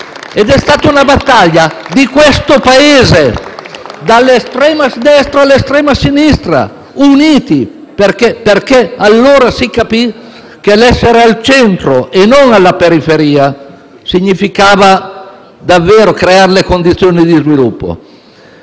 Ed è stata una battaglia di questo Paese, dall'estrema destra all'estrema sinistra, unite, perché allora si capì che l'essere al centro e non alla periferia significava creare davvero le condizioni di sviluppo.